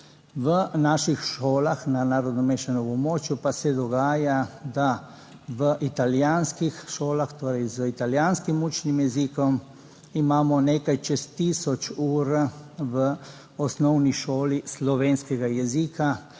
v naših šolah, na narodno mešanem območju pa se dogaja, da v italijanskih šolah, torej z italijanskim učnim jezikom imamo nekaj čez tisoč ur v osnovni šoli slovenskega jezika.